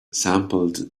sampled